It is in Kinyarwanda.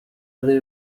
ari